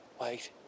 Wait